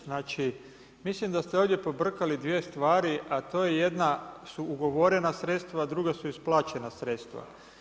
Znači mislim da ste ovdje pobrkali dvije stvari, a to je jedna su ugovorena sredstva, a druga su isplaćena sredstva.